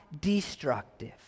destructive